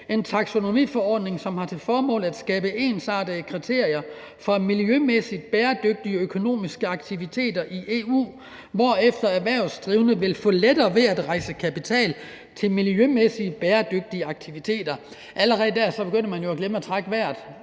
en taksonomiforordning, som har til formål at skabe ensartede kriterier for miljømæssigt bæredygtige økonomiske aktiviteter i EU, hvorefter erhvervsdrivende vil få lettere ved at rejse kapital til miljømæssigt bæredygtige aktiviteter – allerede der begynder man jo at glemme at trække vejret,